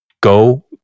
go